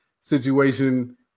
situation